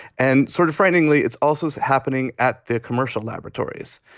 and sort of frighteningly, it's also happening at the commercial laboratories.